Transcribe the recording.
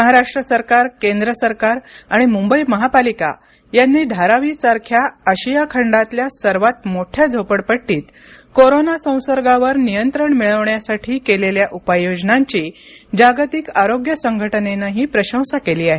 महाराष्ट्र शासन केंद्र सरकार आणि मुंबई महापालिका यांनी धारावीसारख्या आशिया खंडातल्या सर्वात मोठ्या झोपडपट्टीत कोरोना संसर्गावर नियंत्रण मिळवण्यासाठी केलेल्या उपाययोजनांची जागतिक आरोग्य संघटनेनंही प्रशंसा केली आहे